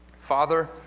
Father